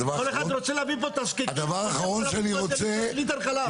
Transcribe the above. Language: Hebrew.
כל אחד רוצה להביא לפה תזקיקים ו- -- ליטר חלב.